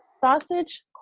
sausage